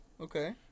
Okay